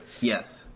Yes